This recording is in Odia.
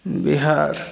ବିହାର